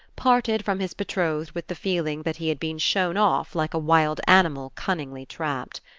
parted from his betrothed with the feeling that he had been shown off like a wild animal cunningly trapped.